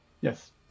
yes